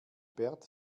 bert